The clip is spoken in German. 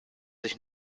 ich